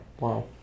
Wow